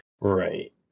Right